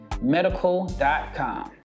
Medical.com